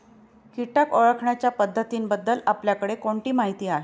कीटक ओळखण्याच्या पद्धतींबद्दल आपल्याकडे कोणती माहिती आहे?